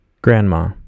Grandma